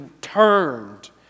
turned